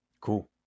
cool